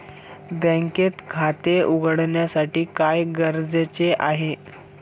बँकेत खाते उघडण्यासाठी काय गरजेचे आहे?